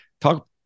talk